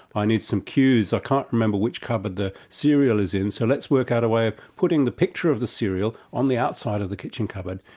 i need some cues, i can't remember which cupboard the cereal is in, so let's work out a way of putting the picture of the cereal on the outside of the kitchen cupboard.